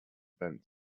bent